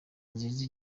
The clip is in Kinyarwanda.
nziza